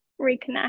reconnect